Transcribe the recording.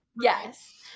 Yes